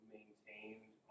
maintained